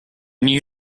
new